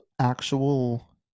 actual